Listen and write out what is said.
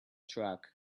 truck